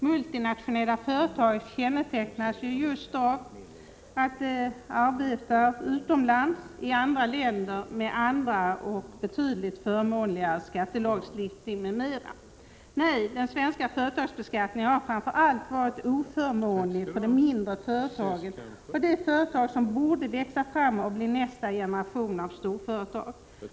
Multinationella företag kännetecknas just av att de arbetar utomlands, i andra länder med annan och betydligt förmånligare skattelagstiftning m.m. Nej, den svenska företagsbeskattningen har framför allt varit oförmånlig för de mindre företagen och de företag som borde växa fram och bli nästa generation av storföretag.